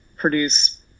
produce